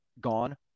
gone